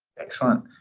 excellent.